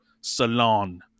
salon